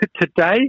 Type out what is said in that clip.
today